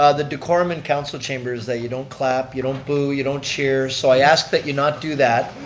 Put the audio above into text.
ah the decorum in council chambers is that you don't clap, you don't boo, you don't cheer, so i ask that you not do that.